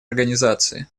организации